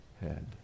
head